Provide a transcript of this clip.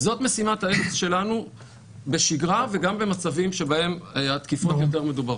זאת משימת האפס שלנו בשגרה וגם במצבים שבהם התקיפות יותר מדוברות.